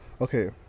okay